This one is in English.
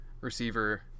receiver